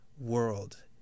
world